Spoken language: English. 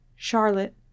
Charlotte